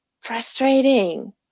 frustrating